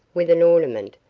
without an ornament,